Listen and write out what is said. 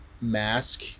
mask